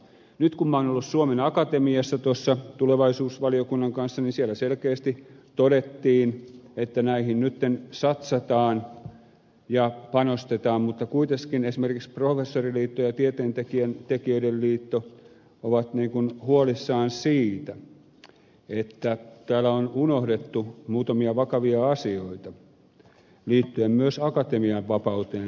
nyt kun minä olen ollut suomen akatemiassa tulevaisuusvaliokunnan kanssa niin siellä selkeästi todettiin että näihin nyt satsataan ja panostetaan mutta kuitenkin esimerkiksi professoriliitto ja tieteentekijöiden liitto ovat huolissaan siitä että täällä on unohdettu muutamia vakavia asioita liittyen myös akatemian vapauteen